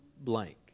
blank